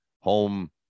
Home